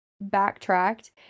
backtracked